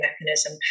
mechanism